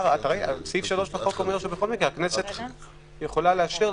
--- סעיף 3 לחוק אומר שבכל מקרה הכנסת יכולה לאשר,